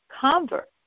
convert